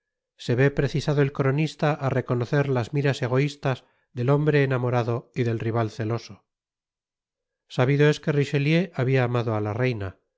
se vé precisado el cronista á reconocer las miras egoístas del hombre enamorado y del rival celoso sabido es que richelieu habia amado á la reina